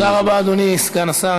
תודה רבה, אדוני סגן השר.